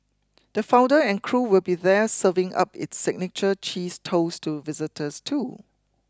the founder and crew will be there serving up its signature cheese toast to visitors too